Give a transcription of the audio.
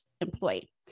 employee